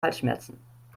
halsschmerzen